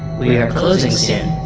we are closing soon.